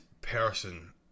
person